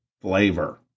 flavor